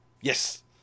Yes